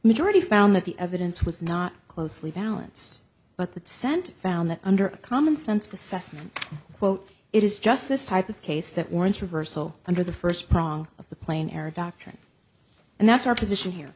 majority found that the evidence was not closely balanced but the dissent found that under a common sense assessment quote it is just this type of case that warrants reversal under the first prong of the plain error doctrine and that's our position here